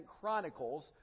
Chronicles